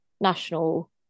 national